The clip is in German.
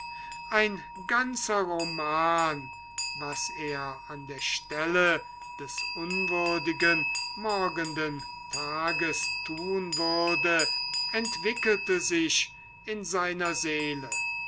ein ganzer roman was er an der stelle des unwürdigen morgenden tages tun würde entwickelte sich in seiner seele